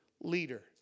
leader